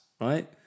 right